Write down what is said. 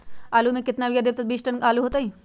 आलु म केतना यूरिया परतई की दस टन आलु होतई?